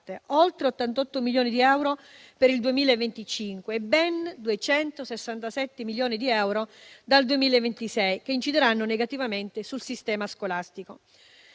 oltre 88 milioni di euro per il 2025 e ben 267 milioni di euro dal 2026, che incideranno negativamente sul sistema scolastico.